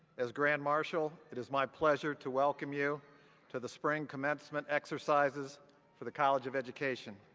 as grand marshal it is my pleasure to welcome you to the spring commencement exercises for the college of education.